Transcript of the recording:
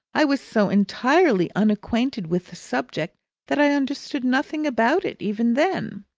i was so entirely unacquainted with the subject that i understood nothing about it even then.